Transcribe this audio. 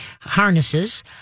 harnesses